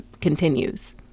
continues